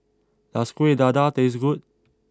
does Kueh Dadar taste good